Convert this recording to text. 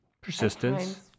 Persistence